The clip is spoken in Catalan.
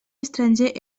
estranger